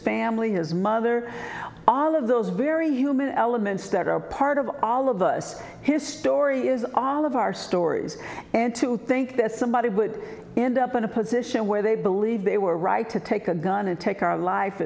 family his mother all of those very human elements that are part of all of us his story is all of our stories and to think that somebody would end up in a position where they believe they were right to take a gun and take our life